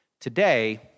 Today